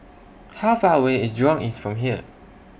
How Far away IS Jurong East from here